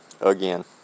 again